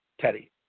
Teddy